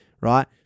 Right